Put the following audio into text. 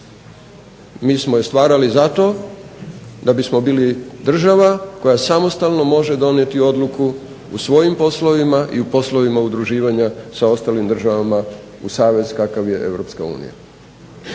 Mi smo je stvarali zato da bismo bili država koja samostalno može donijeti odluku u svojim poslovima i u poslovima udruživanja sa ostalim državama u savez kakav je